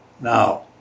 now